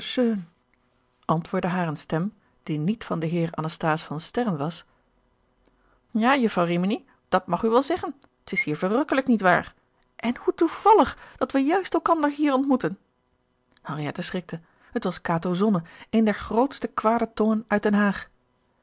antwoordde haar eene stem die niet van den heer anasthase van sterren was ja jufvrouw rimini dat mag u wel zeggen t is hier verrukkelijk niet waar en hoe toevallig dat we juist elkander hier ontmoeten henriette schrikte het was kato zonne een der grootste kwade tongen uit den haag